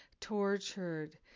tortured